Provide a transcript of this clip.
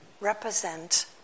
represent